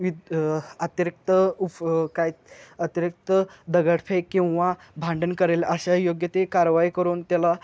विद अतिरिक्त उफ काय अतिरिक्त दगडफेक किंवा भांडण करेल अशा योग्य ते कारवाई करून त्याला